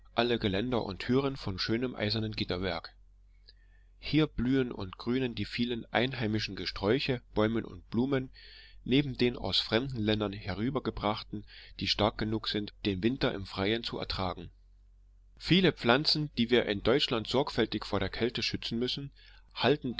alle geländer und türen von schönem eisernen gitterwerk hier blühen und grünen die vielen einheimischen gesträuche bäume und blumen neben den aus fremden ländern herübergebrachten die stark genug sind den winter im freien zu ertragen viele pflanzen die wir in deutschland sorgfältig vor der kälte schützen müssen halten